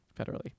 federally